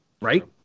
right